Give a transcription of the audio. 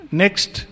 next